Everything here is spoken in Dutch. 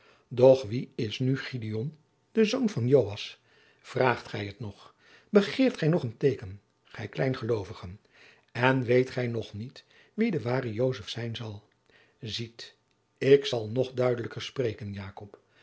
doch wie is nu gideon de zoon van joas vraagt gij het nog begeert gij nog een teeken gij kiein geloovigen en weet gij nog niet wie de ware jozef zijn zal ziet ik zal nog duidelijker spreken